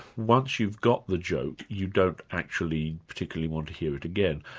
once you've got the joke, you don't actually particularly want to hear it again.